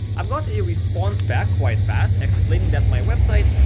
i've got a response back quite fast explaining that my website.